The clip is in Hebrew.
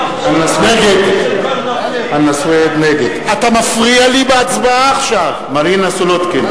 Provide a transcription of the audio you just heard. נגד מרינה סולודקין,